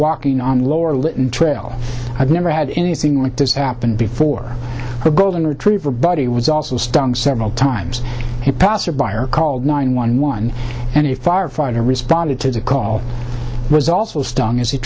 walking on lower lip and try i've never had anything like this happen before a golden retriever but he was also stung several times a passer by or called nine one one and a firefighter responded to the call was also stung as he